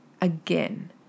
again